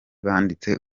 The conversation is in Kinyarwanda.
banditse